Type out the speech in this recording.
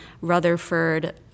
Rutherford